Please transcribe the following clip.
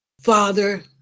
Father